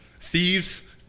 Thieves